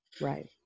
Right